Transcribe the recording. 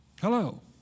Hello